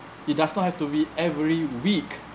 it does not have to be every week